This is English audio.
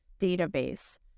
database